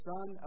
Son